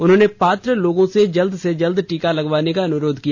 उन्होंने पात्र लोगों से जल्द से जल्द टीका लगाने का अनुरोध किया